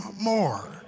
more